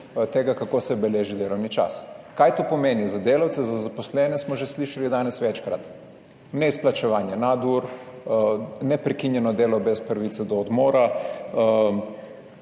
tega kako se beleži delovni čas. Kaj to pomeni za delavce, za zaposlene? Smo že slišali danes večkrat, neizplačevanje nadur, neprekinjeno delo brez pravice do odmora,